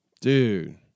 Dude